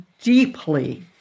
deeply